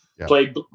Played